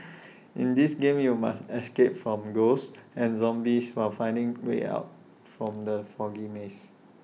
in this game you must escape from ghosts and zombies while finding way out from the foggy maze